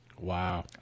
wow